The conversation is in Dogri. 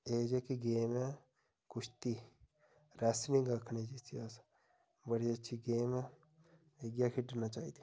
एह् जेह्की गेम ऐ कुश्ती रैसलिंग आक्खने जिसी अस बड़ी अच्छी गेम इ'यै खेढनी चाहिदी